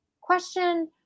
Question